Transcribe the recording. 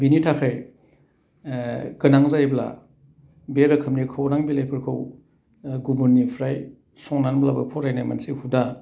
बिनि थाखाय गोनां जायोब्ला बे रोखोमनि खौरां बिलाइफोरखौ गुबुननिफ्राय संनानैब्लाबो फरायनाय मोनसे हुदा